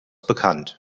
bekannt